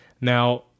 Now